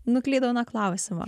nuklydau nuo klausimo